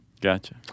Gotcha